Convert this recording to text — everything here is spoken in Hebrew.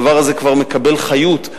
הדבר הזה כבר מקבל חיות.